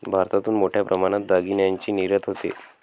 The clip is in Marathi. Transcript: भारतातून मोठ्या प्रमाणात दागिन्यांची निर्यात होते